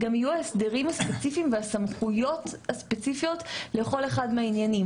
יהיו ההסדרים הספציפיים והסמכויות הספציפיות לכל אחד מהעניינים.